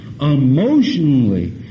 emotionally